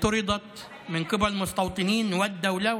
שגורשו על ידי המתנחלים והמדינה,